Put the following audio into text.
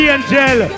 Angel